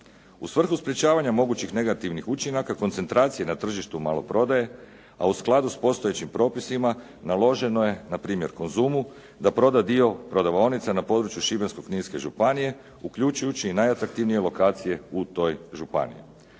U svrhu sprječavanja mogućih negativnih učinaka koncentracije na tržištu maloprodaje a u skladu s postojećim propisima naloženo je na primjer Konzumu da proda dio prodavaonica na području Šibensko-kninske županije uključujući i najatraktivnije lokacije u toj županiji.